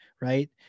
right